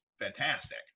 fantastic